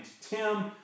Tim